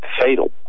fatal